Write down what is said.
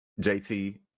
JT